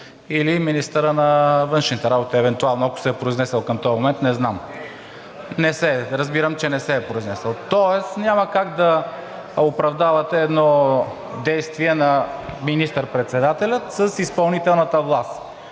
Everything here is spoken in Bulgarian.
или министърът на външните работи, евентуално, ако се е произнесъл към този момент, не знам. (Шум и реплики.) Разбирам, че не се е произнесъл. Тоест, няма как да оправдавате едно действие на министър-председателя с изпълнителната власт.